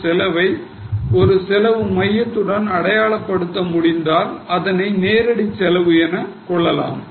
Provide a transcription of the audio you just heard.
ஒரு செலவை ஒரு செலவு மையத்துடன் அடையாளப்படுத்தினால் அதனை நேரடி செலவு என கொள்ளலாம்